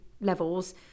levels